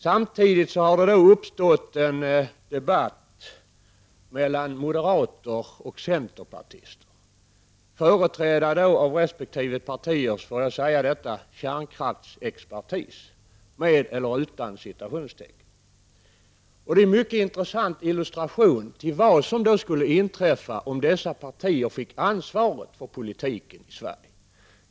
Samtidigt har det uppstått en debatt mellan moderater och centerpartister. De företräds av resp. partis kärnkraftsexpertis, med eller utan citationstecken. Det är en mycket intressant illustration till vad som skulle inträffa om dessa partier fick ansvaret för politiken i Sverige.